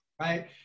right